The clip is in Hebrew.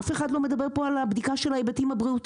אף אחד לא מדבר פה על הבדיקה של ההיבטים הבריאותיים,